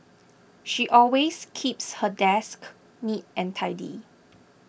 she always keeps her desk neat and tidy